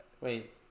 wait